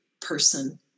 person